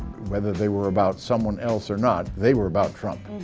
whether they were about someone else or not, they were about trump.